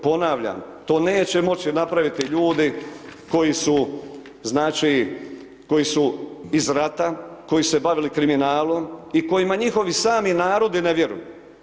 Ponavljam to neće moći napraviti ljudi koji su znači, koji su iz rata, koji su se bavili kriminalom i kojima njihovi sami narodi ne vjeruju.